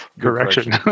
correction